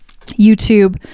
YouTube